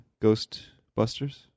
Ghostbusters